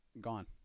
gone